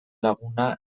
laguna